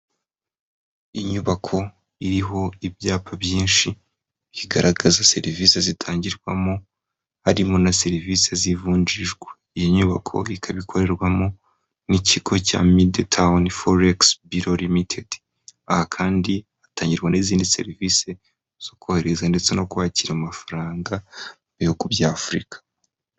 Inyubako iriho ibyapa byinshi bigaragaza serivisi zitangirwamo, harimo na serivisi z'ivunjishwai' iyi nyubako ikabikorerwamo n'ikigo cya midi tawungi bia ltd. Aha kandi hatangirwa n'izindi serivisi zo korohereza ndetse no kwakira amafaranga yohugu bya afurika.